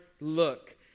look